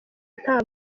nta